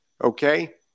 Okay